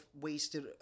wasted